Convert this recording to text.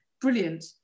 Brilliant